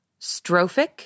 strophic